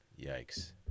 yikes